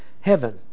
heaven